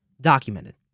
documented